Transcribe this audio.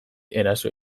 eraso